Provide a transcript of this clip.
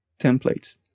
templates